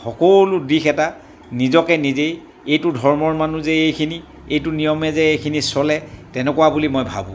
সকলো দিশ এটা নিজকে নিজেই এইটো ধৰ্মৰ মানুহ যে এইখিনি এইটো নিয়মে যে এইখিনি চলে তেনেকুৱা বুলি মই ভাবোঁ